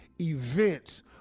events